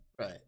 right